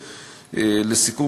לסיכום,